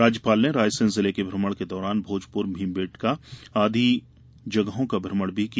राज्यपाल ने रायसेन जिले के भ्रमण के दौरान भोजपुर भीमबेटका आदि जगहों का भ्रमण किया